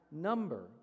number